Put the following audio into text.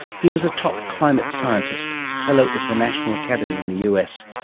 he was a top climate scientist, fellow of the national academy in the us,